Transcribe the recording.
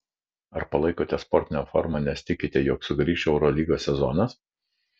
ar palaikote sportinę formą nes tikite jog sugrįš eurolygos sezonas